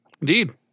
Indeed